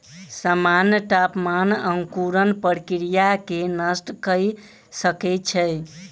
असामन्य तापमान अंकुरण प्रक्रिया के नष्ट कय सकै छै